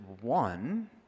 one